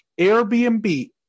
Airbnb